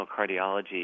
cardiology